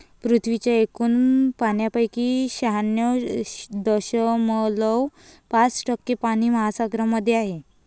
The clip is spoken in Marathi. पृथ्वीच्या एकूण पाण्यापैकी शहाण्णव दशमलव पाच टक्के पाणी महासागरांमध्ये आहे